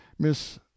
miss